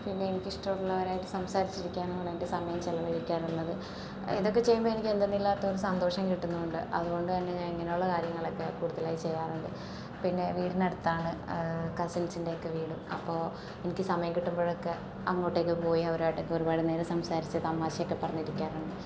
പിന്നെ എനിക്ക് ഇഷ്ടമുള്ളവരുമായിട്ട് സംസാരിച്ചിരിക്കാനുമാണ് എൻ്റെ സമയം ചിലവഴിക്കാറുള്ളത് ഇതൊക്കെ ചെയ്യുമ്പോൾ എനിക്ക് എന്തെന്നില്ലാത്ത ഒരു സന്തോഷം കിട്ടുന്നുണ്ട് അതുകൊണ്ടു തന്നെ ഞാൻ ഇങ്ങനെയുള്ള കാര്യങ്ങളൊക്കെ കൂടുതലായി ചെയ്യാറുണ്ട് പിന്നെ വീടിനടുത്താണ് കസിൻസിൻ്റെക്കെ വീടും അപ്പോൾ എനിക്ക് സമയം കിട്ടുമ്പോഴൊക്കെ അങ്ങോട്ടൊക്കെ പോയി അവരു ആയിട്ടൊക്കെ ഒരുപാട് നേരം സംസാരിച്ച് തമാശയൊക്കെ പറഞ്ഞിരിക്കാറുണ്ട്